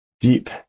deep